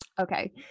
Okay